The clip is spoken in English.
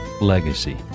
legacy